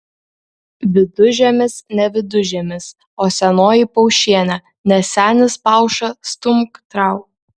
vidužiemis ne vidužiemis o senoji paušienė ne senis pauša stumk trauk